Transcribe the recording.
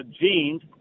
genes